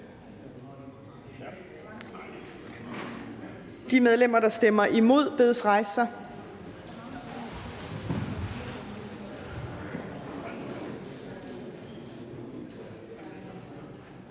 De medlemmer, der stemmer imod, bedes rejse sig.